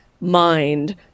mind